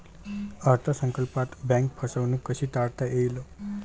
अर्थ संकल्पात बँक फसवणूक कशी टाळता येईल?